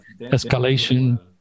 escalation